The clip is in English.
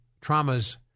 traumas